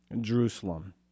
Jerusalem